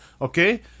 Okay